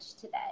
today